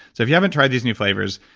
if you haven't tried these new flavors,